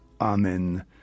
Amen